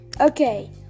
okay